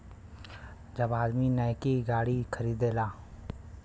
जब आदमी नैकी गाड़ी खरीदेला